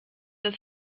das